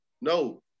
no